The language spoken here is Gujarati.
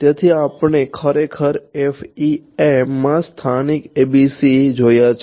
તેથી આપણે ખરેખર FEM માં સ્થાનિક ABCs જોયા છે